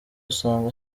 usanga